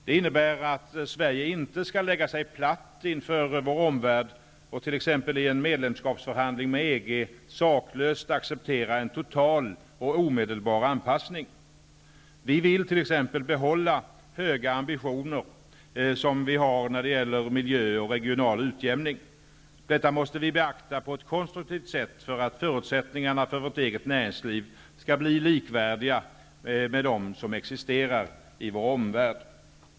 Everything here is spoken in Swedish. Det innebär att Sverige inte skall lägga sig platt inför vår omvärld och t.ex. i en medlemskapsförhandling med EG saklöst acceptera en total och omedelbar anpassning. Vi vill t.ex. behålla en hög ambitionsnivå när det gäller miljö och regional utjämning. Detta måste vi beakta på ett konstruktivt sätt för att förutsättningarna för vårt eget näringsliv skall bli likvärdiga med dem som existerar i vår omvärld.